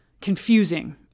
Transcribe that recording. confusing